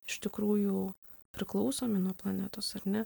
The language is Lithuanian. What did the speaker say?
iš tikrųjų priklausomi nuo planetos ar ne